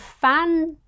fan